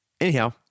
anyhow